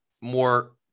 More